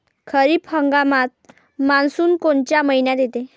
खरीप हंगामात मान्सून कोनच्या मइन्यात येते?